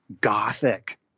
gothic